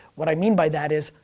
what i mean by that is,